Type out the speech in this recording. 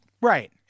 Right